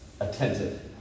Attentive